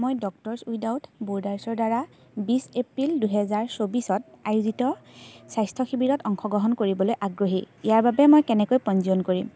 মই doctors without বৰডাৰ্ছৰ দ্বাৰা বিছ এপ্ৰিল দুহেজাৰ চৌবিছত আয়োজিত স্বাস্থ্য শিবিৰত অংশগ্ৰহণ কৰিবলৈ আগ্ৰহী ইয়াৰ বাবে মই কেনেকৈ পঞ্জীয়ন কৰিম